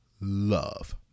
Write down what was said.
love